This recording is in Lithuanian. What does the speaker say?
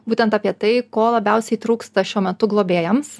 būtent apie tai ko labiausiai trūksta šiuo metu globėjams